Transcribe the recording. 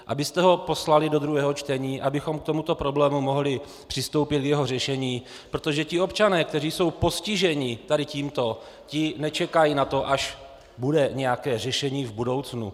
Abyste ho poslali do druhého čtení, abychom k tomuto problému mohli přistoupit k jeho řešení, protože ti občané, kteří jsou postiženi tímto, ti nečekají na to, až bude nějaké řešení v budoucnu.